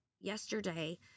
yesterday